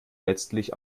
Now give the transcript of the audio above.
letztlich